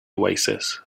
oasis